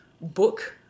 book